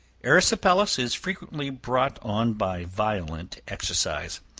erysipelas is frequently brought on by violent exercise,